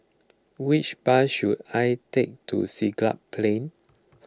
which bus should I take to Siglap Plain